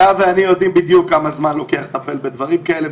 אתה ואני יודעים בדיוק כמה זמן לוקח לטפל בדברים כאלה.